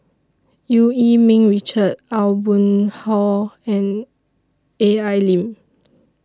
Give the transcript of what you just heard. EU Yee Ming Richard Aw Boon Haw and A L Lim